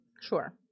Sure